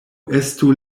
estu